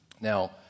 Now